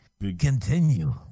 continue